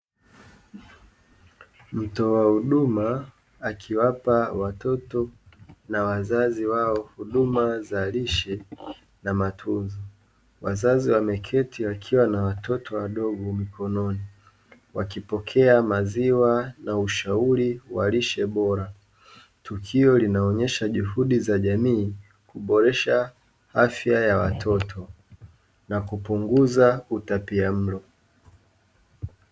Mtoa huduma akiwapa watoto na wazazi wao huduma za lishe na matunzo. Wazazi wameketi wakiwa na watoto wadogo mkononi wakipokea maziwa na ushauri wa lishe bora. Tukio linaonesha juhudi za jamii kuboresha afya ya watoto na kupunguza utapia mlo.